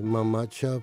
mama čia